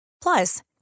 plus